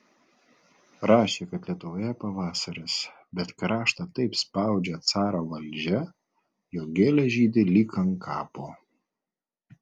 rašė kad lietuvoje pavasaris bet kraštą taip spaudžia caro valdžia jog gėlės žydi lyg ant kapo